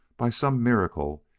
by some miracle,